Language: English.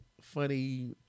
funny